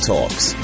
Talks